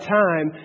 time